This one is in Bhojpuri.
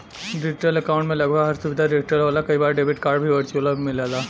डिजिटल अकाउंट में लगभग हर सुविधा डिजिटल होला कई बार डेबिट कार्ड भी वर्चुअल मिलला